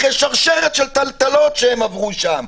אחרי שרשרת של טלטלות שהם עברו שם,